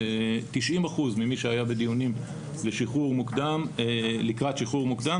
90 אחוזים מאלה שהיו בדיונים לקראת שחרור מוקדם,